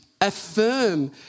affirm